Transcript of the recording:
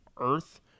Earth